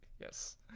Yes